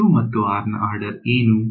q ಮತ್ತು r ನ order ಏನು